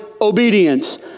obedience